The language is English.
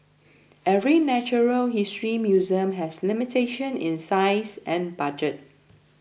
every natural history museum has limitation in size and budget